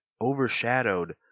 Overshadowed